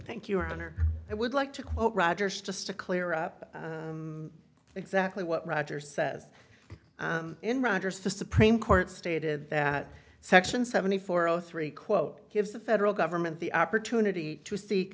of thank you or i would like to quote rogers just to clear up exactly what roger says in rogers the supreme court stated that section seventy four zero three quote gives the federal government the opportunity to see